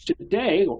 today